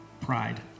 pride